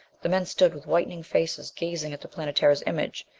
the men stood with whitening faces, gazing at the planetara's image.